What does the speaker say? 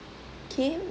K